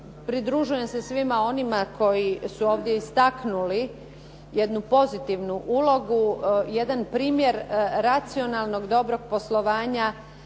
pridružujem se svima onima koji su ovdje istaknuli jednu pozitivnu ulogu, jedan primjer racionalnog dobrog poslovanja,